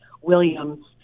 Williams